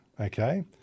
Okay